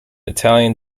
italian